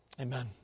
Amen